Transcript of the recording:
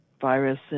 virus